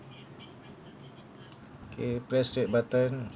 okay press red button